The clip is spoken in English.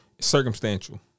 Circumstantial